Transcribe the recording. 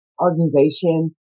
organization